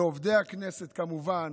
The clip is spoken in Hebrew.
לעובדי הכנסת כמובן,